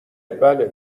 بله